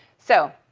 so